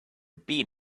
bean